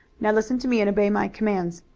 now listen to me and obey my commands.